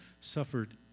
suffered